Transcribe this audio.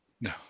no